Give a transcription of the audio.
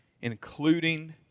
including